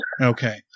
Okay